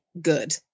good